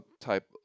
type